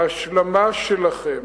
ההשלמה שלכם,